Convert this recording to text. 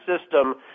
system